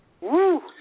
Woo